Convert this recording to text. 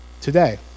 today